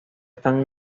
stan